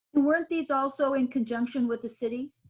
weren't these also in conjunction with the city?